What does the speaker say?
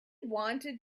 wanted